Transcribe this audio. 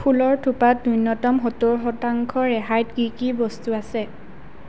ফুলৰ থোপাত ন্যূনতম সত্তৰ শতাংশ ৰেহাইত কি কি বস্তু আছে